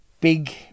big